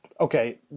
okay